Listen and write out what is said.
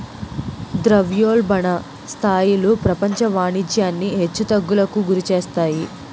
ద్రవ్యోల్బణ స్థాయిలు ప్రపంచ వాణిజ్యాన్ని హెచ్చు తగ్గులకు గురిచేస్తాయి